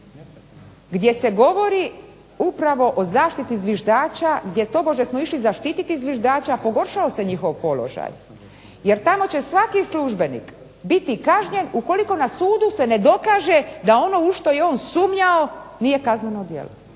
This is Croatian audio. gdje se govori upravo o zaštiti zviždača, gdje tobože smo išli zaštititi zviždača a pogoršao se njihov položaj. Jer tamo će svaki službenik biti kažnjen ukoliko na sudu se ne dokaže da ono u šta je on sumnjao nije kazneno djelo,